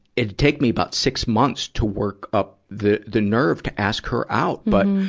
it'd take me about six months to work up the, the nerve to ask her out. but,